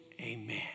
amen